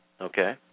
okay